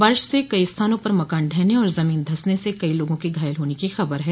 बारिश से कई स्थानों पर मकान ढहने और जमीन धसने से कई लोगों के घायल होने की खबर है